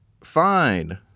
fine